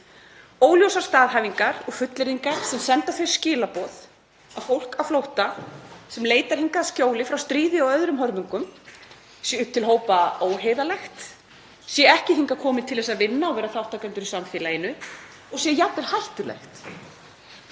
Óljósar staðhæfingar og fullyrðingar sem senda þau skilaboð að fólk á flótta, sem leitar hingað skjóls frá stríði og öðrum hörmungum, sé upp til hópa óheiðarlegt, ekki hingað komið til að vinna og vera þátttakendur í samfélaginu og jafnvel hættulegt.